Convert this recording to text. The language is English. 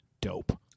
dope